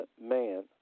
man